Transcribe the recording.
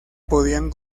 podían